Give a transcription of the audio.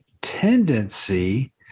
tendency